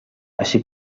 així